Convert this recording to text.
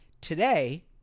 today